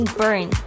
burn